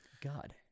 God